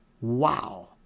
Wow